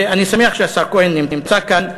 ואני שמח שהשר כהן נמצא כאן,